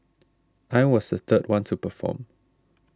I was the third one to perform